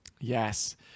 Yes